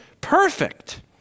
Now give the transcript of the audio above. perfect